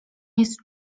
jest